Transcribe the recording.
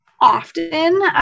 often